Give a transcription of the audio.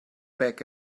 back